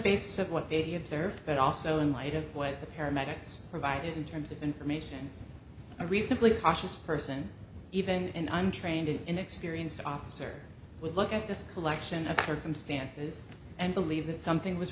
basis of what they observed but also in light of what the paramedics provided in terms of information a reasonably cautious person even untrained and inexperienced officer would look at this collection of circumstances and believe that something was